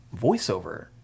voiceover